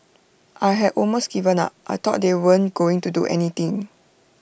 I had almost given up I thought they weren't going to do anything